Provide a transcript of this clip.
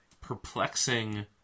perplexing